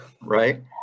Right